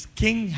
king